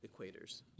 equators